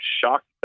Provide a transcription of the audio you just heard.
shocked